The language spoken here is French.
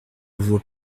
voit